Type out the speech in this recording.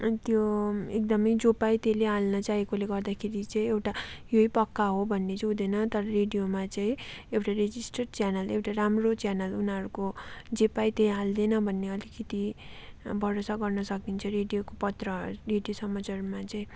त्यो एकदमै जसले पायो त्यसैले हाल्नु चाहेकोले गर्दाखेरि चाहिँ एउटा यही पक्का हो भन्ने चाहिँ हुँदैन तर रेडियोमा चाहिँ एउटा रजिस्टर्ड च्यानल एउटा राम्रो च्यानल उनीहरूको जे पायो त्यही हाल्दैन भन्ने अलिकिति भरोसा गर्नु सकिन्छ रेडियोको पत्र रेडियोको समाचारमा चाहिँ